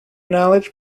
knowledge